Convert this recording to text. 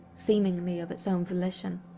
seemingly of its own volition.